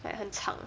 like 很长